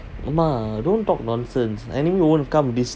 don't talk nonsense enemy won't come this this